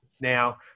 now